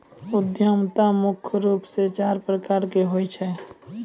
उद्यमिता मुख्य रूप से चार प्रकार के होय छै